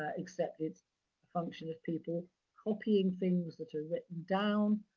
ah except it's a function of people copying things that are written down,